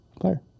fire